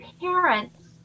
parents